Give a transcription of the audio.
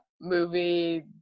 movie